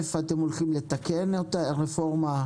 אתם הולכים לתקן את הרפורמה?